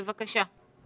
אביעד, בבקשה.